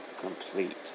complete